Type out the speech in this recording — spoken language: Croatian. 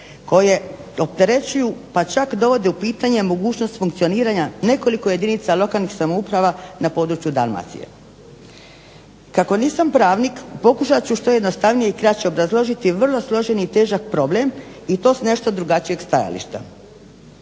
koje opterećuju pa čak dovode u pitanje mogućnost funkcioniranja nekoliko jedinica lokalnih samouprava na području Dalmacije. Kako nisam pravnik pokušat ću što jednostavnije i kraće obrazložiti vrlo složeni i težak problem i to s nešto drugačijeg stajališta.